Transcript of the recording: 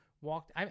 walked